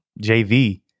JV